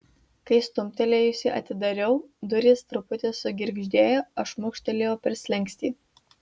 kai stumtelėjusi atidariau durys truputį sugirgždėjo aš šmurkštelėjau per slenkstį